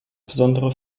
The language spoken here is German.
besondere